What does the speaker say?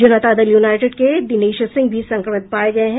जनता Dal United के दिनेश सिंह भी संक्रमित पाए गए हैं